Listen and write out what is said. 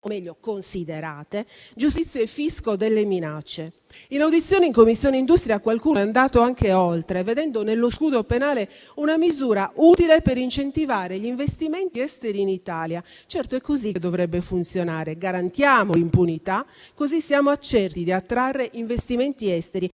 o, meglio, considerate giustizia e fisco delle minacce. In audizione in Commissione industria qualcuno è andato anche oltre, vedendo nello scudo penale una misura utile per incentivare gli investimenti esteri in Italia. Certo, è così che dovrebbe funzionare: garantiamo l'impunità, così siamo certi di attrarre investimenti esteri;